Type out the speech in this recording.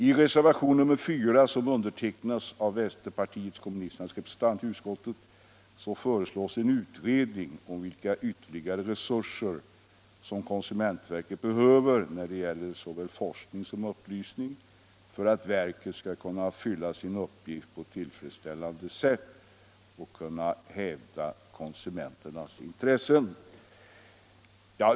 I reservationen 4, som undertecknats av vänsterpartiet kommunisternas representant i utskottet, föreslås en utredning om vilka ytterligare resurser som konsumenverket behöver för såväl forskning som upplysning för att verket skall kunna fylla sin uppgift på ett tillfredsställande sätt och hävda konsumenternas intressen.